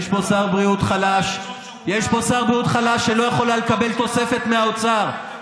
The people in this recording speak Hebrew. יש פה שר בריאות שלא מבין מה הבדל בין תו ירוק לבידודים.